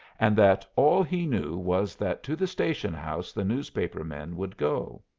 and that all he knew was that to the station-house the newspaper men would go.